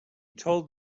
told